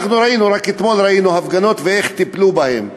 אנחנו ראינו רק אתמול הפגנות ואיך טיפלו בהן.